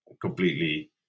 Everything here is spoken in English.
completely